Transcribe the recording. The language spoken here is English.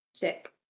Check